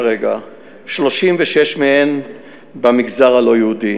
כרגע 36 מהן במגזר הלא-יהודי.